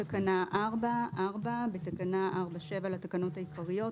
"תיקון תקנה 44. בתקנה 4(7) לתקנות העיקריות,